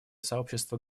сообщество